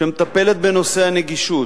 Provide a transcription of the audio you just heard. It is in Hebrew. שמטפלת בנושא הנגישות,